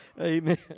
Amen